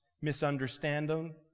misunderstanding